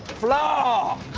flaw!